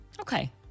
Okay